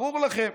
ברור לכם.